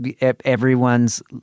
everyone's